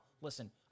listen